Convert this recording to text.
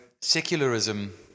secularism